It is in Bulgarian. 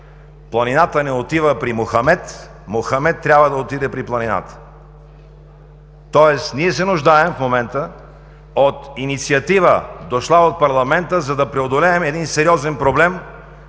планината не отива при Мохамед, Мохамед трябва да отиде при планината. Тоест в момента се нуждаем от инициатива, дошла от парламента, за да преодолеем един сериозен проблем,